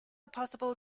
possible